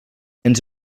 ens